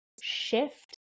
shift